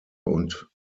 und